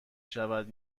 شود